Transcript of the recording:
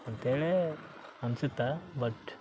ಅಂತೇಳಿ ಅನ್ಸುತ್ತೆ ಬಟ್